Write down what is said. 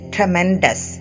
Tremendous